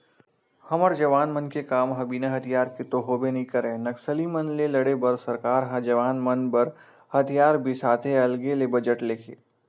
हमर जवान मन के काम ह बिना हथियार के तो होबे नइ करय नक्सली मन ले लड़े बर सरकार ह जवान मन बर हथियार बिसाथे अलगे ले बजट लेके